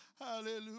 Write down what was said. Hallelujah